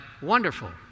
wonderful